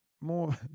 More